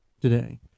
today